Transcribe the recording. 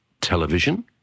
television